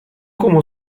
como